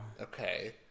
Okay